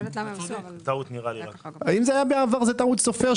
גם אם זה היה בעבר זה עדיין טעות סופר.